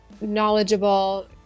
knowledgeable